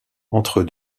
entre